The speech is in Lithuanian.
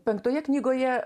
penktoje knygoje